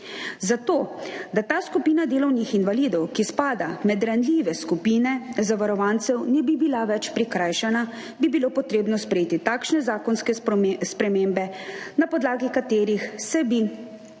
Zato, da ta skupina delovnih invalidov, ki spada med ranljive skupine zavarovancev, ne bi bila več prikrajšana, bi bilo treba sprejeti takšne zakonske spremembe, na podlagi katerih bi se